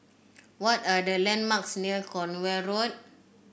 what are the landmarks near Cornwall Road